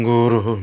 Guru